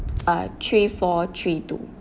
uh three four three two